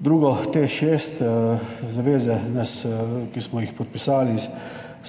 Drugo, Teš 6, zaveze, ki smo jih podpisali, nas